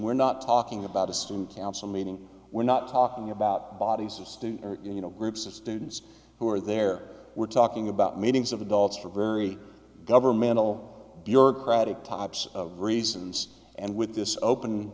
we're not talking about a student council meeting we're not talking about bodies of students you know groups of students who are there we're talking about meetings of adults for very governmental bureaucratic types of reasons and with this open